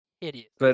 Idiot